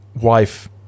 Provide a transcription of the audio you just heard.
Wife